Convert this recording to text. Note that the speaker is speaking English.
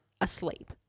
asleep